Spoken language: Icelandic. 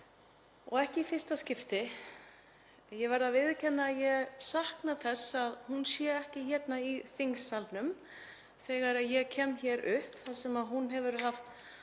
og ekki í fyrsta skipti. Ég verð að viðurkenna að ég sakna þess að hún sé ekki hérna í þingsalnum þegar ég kem hér upp þar sem hún hefur haft